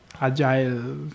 agile